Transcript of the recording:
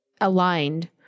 aligned